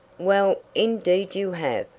well, indeed you have,